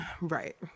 Right